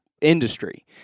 industry